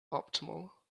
optimal